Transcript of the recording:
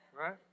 Right